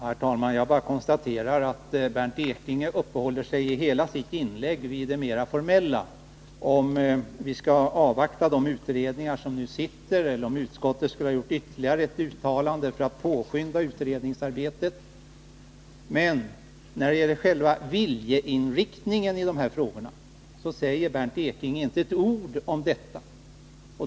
Herr talman! Jag bara konstaterar att Bernt Ekinge i hela sitt inlägg uppehåller sig vid det formella, dvs. om vi skall avvakta de utredningar som nu arbetar eller om utskottet borde ha gjort ytterligare ett uttalande för att påskynda utredningsarbetet. Men om själva viljeinriktningen i dessa frågor säger Bernt Ekinge inte ett ord.